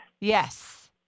Yes